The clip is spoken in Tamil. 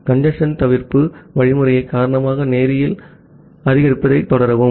கஞ்சேஸ்ன் தவிர்ப்பு புரோட்டோகால் காரணமாக நேரியல் அதிகரிப்பதைத் தொடரலாம்